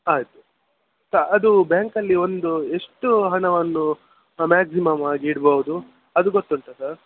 ಆಯಿತು ಅದು ಬ್ಯಾಂಕಲ್ಲಿ ಒಂದು ಎಷ್ಟು ಹಣವನ್ನು ಮ್ಯಾಕ್ಸಿಮಮ್ ಆಗಿ ಇಡಬಹುದು ಅದು ಗೊತ್ತುಂಟಾ ಸರ್